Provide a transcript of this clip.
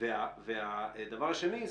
דבר שני,